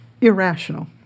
irrational